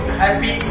happy